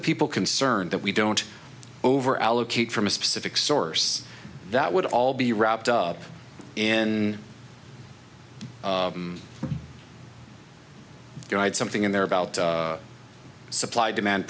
the people concerned that we don't over allocate from a specific source that would all be wrapped up in there i had something in there about supply demand